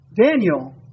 Daniel